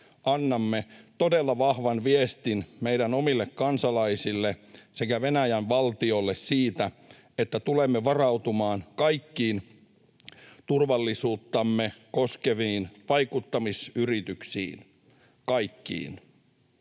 annamme todella vahvan viestin meidän omille kansalaisille sekä Venäjän valtiolle siitä, että tulemme varautumaan kaikkiin turvallisuuttamme koskeviin vaikuttamisyrityksiin — kaikkiin.